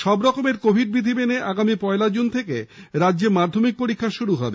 সবরকম কোভিড বিধি মেনে আগামী পয়লা জুন থেকে রাজ্য মাধ্যমিক পরীক্ষা শুরু হবে